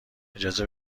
اجازه